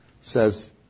says